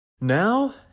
Now